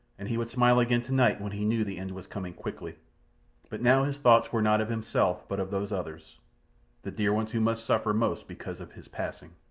and he would smile again tonight when he knew the end was coming quickly but now his thoughts were not of himself, but of those others the dear ones who must suffer most because of his passing.